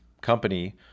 company